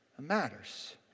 matters